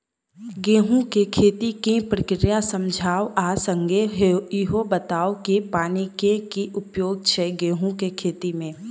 गेंहूँ केँ खेती केँ प्रक्रिया समझाउ आ संगे ईहो बताउ की पानि केँ की उपयोग छै गेंहूँ केँ खेती में?